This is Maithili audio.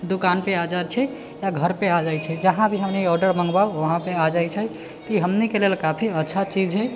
दुकान पर आ जाइत छै या घर पर आ जाइत छै जहाँ भी हमनी ऑर्डर मङ्गबाउ वहाँ पर आ जायत छै तऽ ई हमनीके लेल काफी अच्छा चीज हइ